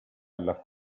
alla